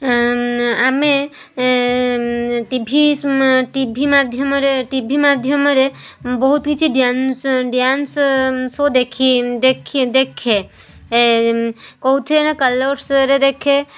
ଆମେ TV TV ମାଧ୍ୟମରେ TV ମାଧ୍ୟମରେ ବହୁତ କିଛି ଡ୍ୟାନ୍ସ ଡ୍ୟାନ୍ସ ସୋ ଦେଖି ଦେଖି ଦେଖେ କେଉଁଥିରେ ନାଁ କଲର୍ଶରେ ଦେଖେ